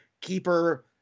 keeper